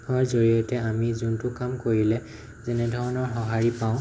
ইয়াৰ জৰিয়তে আমি যোনটো কাম কৰিলে যেনে ধৰণৰ সহাঁৰি পাওঁ